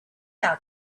out